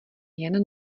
jen